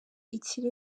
ikiri